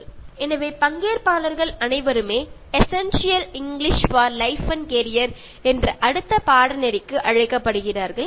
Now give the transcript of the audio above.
Refer Slide Time 3607 எனவே பங்கேற்பாளர்கள் அனைவருமே essential English for life and career என்ற அடுத்த பாடநெறிக்கு அழைக்கப்படுகிறார்கள்